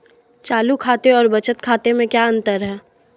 चालू खाते और बचत खाते में क्या अंतर है?